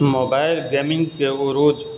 mobile gaming کے عروج